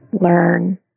learn